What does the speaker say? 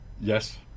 Yes